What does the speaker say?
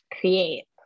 create